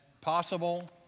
possible